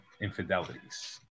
infidelities